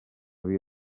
havia